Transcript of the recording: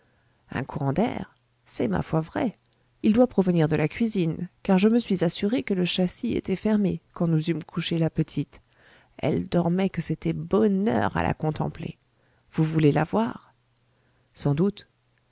un courant d'air c'est ma foi vrai il doit provenir de la cuisine car je me suis assurée que le châssis était fermé quand nous eûmes couché la petite elle dormait que c'était bonheur à la contempler vous voulez la voir sans doute